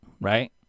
right